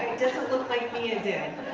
doesn't look like mia did.